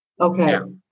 okay